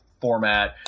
format